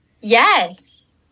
Yes